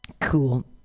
Cool